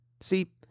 See